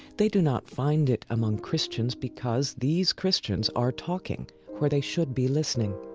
they do not find it among christians because these christians are talking where they should be listening.